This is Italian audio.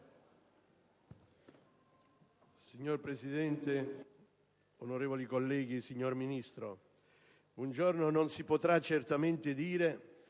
Signor Presidente, onorevoli colleghi, signor Ministro, un giorno non si potrà certamente dire